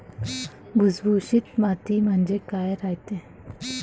भुसभुशीत माती म्हणजे काय रायते?